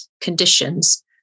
conditions